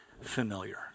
familiar